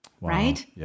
right